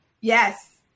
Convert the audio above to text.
Yes